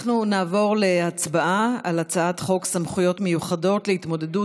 אנחנו נעבור להצבעה על הצעת חוק סמכויות מיוחדות להתמודדות